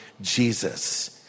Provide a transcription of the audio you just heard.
Jesus